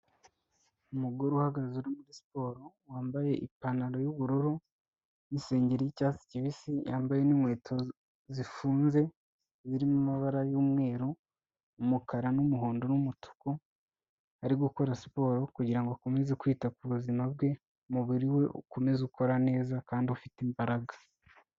Umugore uhagaze uri muri siporo wambaye ipantaro y'ubururu n'isengeri y'icyatsi kibisi, yambaye n'inkweto zifunze zirimo amabara y'umweru, umukara, n'umuhondo, n'umutuku, ari gukora siporo kugira ngo akomeze kwita ku buzima bwe, umubiri we ukomeze ukora neza kandi ufite imbaraga.